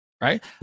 right